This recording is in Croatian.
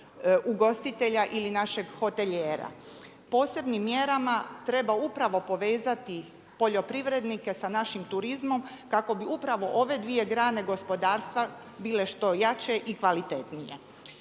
ugostitelja ili našeg hotelijera. Posebnim mjerama treba upravo povezati poljoprivrednike sa našim turizmom kako bi upravo ove dvije grane gospodarstva bile što jače i kvalitetnije.